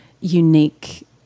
unique